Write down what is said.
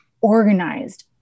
organized